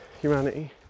humanity